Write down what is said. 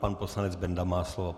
Pan poslanec Benda má slovo.